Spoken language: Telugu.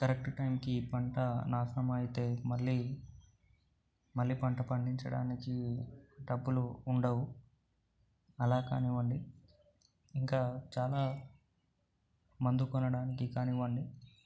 కరెక్ట్ టైంకి పంట నాశనం అయితే మళ్ళీ మళ్ళీ పంట పండించడానికి డబ్బులు ఉండవు అలా కానివ్వండి ఇంకా చాలా మందు కొనడానికి కానివ్వండి